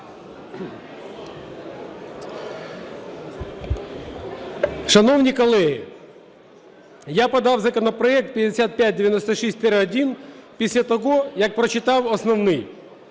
Шановні колеги, я подав законопроект 5596-1 після того, як прочитав основний.